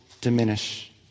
diminish